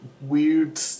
weird